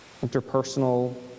interpersonal